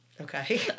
Okay